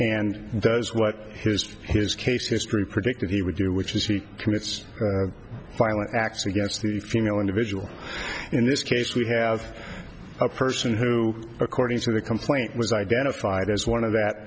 is what has his case history predicted he would do which is he commits violent acts against the female individual in this case we have a person who according to the complaint was identified as one of that